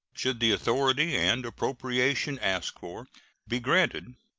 should the authority and appropriation asked for be granted,